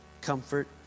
comfort